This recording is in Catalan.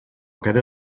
queda